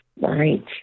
Right